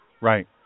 Right